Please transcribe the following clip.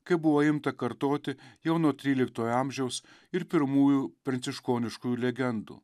kaip buvo imta kartoti jau nuo tryliktojo amžiaus ir pirmųjų pranciškoniškų legendų